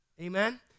Amen